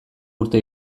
urte